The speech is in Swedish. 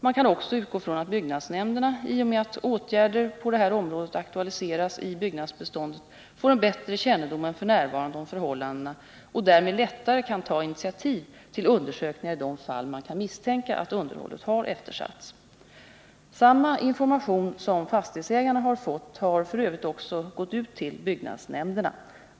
Man kan också utgå från att byggnadsnämnderna, i och med att åtgärder på det här området aktualiseras i byggnadsbeståndet, får en bättre kännedom än f.n. om förhållandena och därmed lättare kan ta initiativ till undersökningar i de fall man kan misstänka att underhållet har eftersatts. Samma information som fastighetsägarna har fått har f. ö. också gått ut till byggnadsnämnderna.